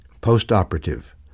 post-operative